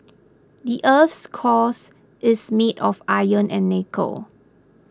the earth's cores is made of iron and nickel